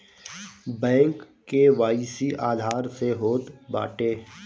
bank KYC Aadhaar से होत बाटे